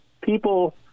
people